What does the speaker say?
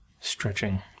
stretching